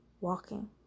walking